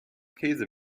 käse